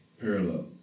parallel